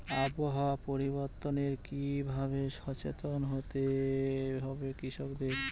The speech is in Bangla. আবহাওয়া পরিবর্তনের কি ভাবে সচেতন হতে হবে কৃষকদের?